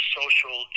social